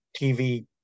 TV